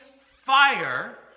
fire